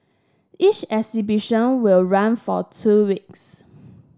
each exhibition will run for two weeks